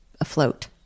afloat